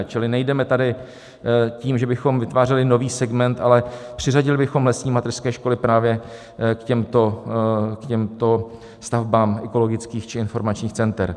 Čili nejdeme tady tím, že bychom vytvářeli nový segment, ale přiřadili bychom lesní mateřské školy právě k těmto stavbám ekologických či informačních center.